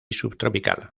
subtropical